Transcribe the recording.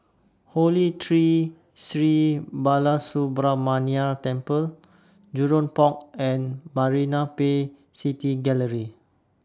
Holy Tree Sri Balasubramaniar Temple Jurong Port and Marina Bay City Gallery